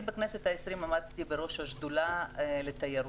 אני בכנסת ה-20 עמדתי בראש השדולה לתיירות,